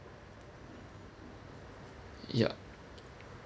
ya